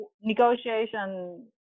negotiation